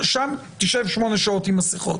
שם תשב שמונה שעות עם מסכות?